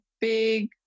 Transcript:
big